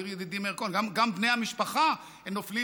העיר ידידי מאיר כהן שגם בני המשפחה נופלים